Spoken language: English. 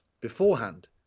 beforehand